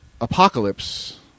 Apocalypse